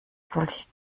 solche